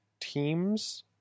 Teams